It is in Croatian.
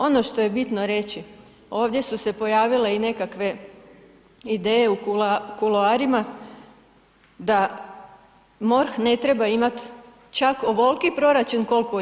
Ono što je bitno reći, ovdje su se pojavile i nekakve ideje u kuloarima da MORH ne treba imat čak ovolki proračun koliko ima.